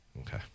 Okay